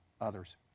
others